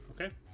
Okay